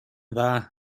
dda